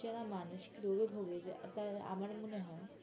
যারা মানসিক রোগে ভোগে যায় তারা আমার মনে হয়